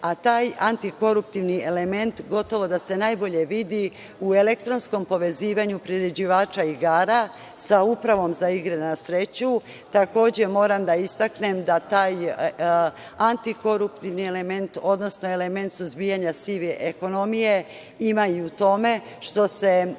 a taj antikoruptivni element gotovo da se najbolje vidi u elektronskom povezivanju priređivača igara sa Upravom za igre na sreće. Takođe, moram da istaknem da taj antikoruptivni element, odnosno element suzbijanja sive ekonomije ima i u tome što se